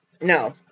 no